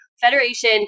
Federation